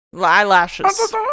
Eyelashes